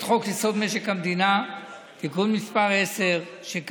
את חוק-יסוד: משק המדינה (תיקון מס' 10 והוראת שעה לשנת 2020),